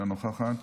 אינה נוכחת,